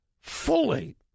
fully